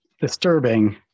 disturbing